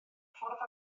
ffordd